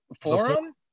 forum